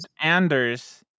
anders